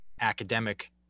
academic